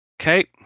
Okay